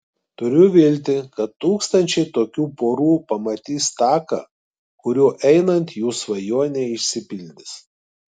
turiu viltį kad tūkstančiai tokių porų pamatys taką kuriuo einant jų svajonė išsipildys